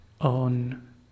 on